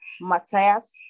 Matthias